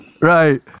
Right